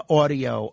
audio